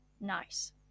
Nice